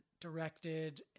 directed